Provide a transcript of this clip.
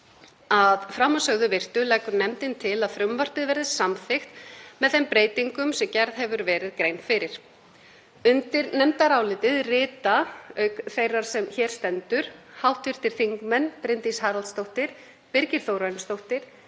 Að framansögðu virtu leggur nefndin til að frumvarpið verði samþykkt með þeim breytingum sem gerð hefur verið grein fyrir. Undir nefndarálitið rita, auk þeirrar sem hér stendur, hv. þingmenn Bryndís Haraldsdóttir, Birgir Þórarinsson,